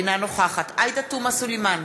אינה נוכחת עאידה תומא סלימאן,